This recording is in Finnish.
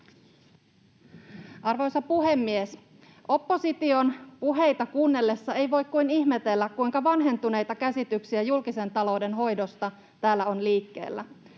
Arvoisa puhemies! Opposition puheita kuunnellessa ei voi kuin ihmetellä, kuinka vanhentuneita käsityksiä julkisen talouden hoidosta täällä on liikkeellä.